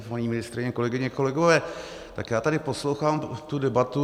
Paní ministryně, kolegyně, kolegové, tak já tady poslouchám tu debatu.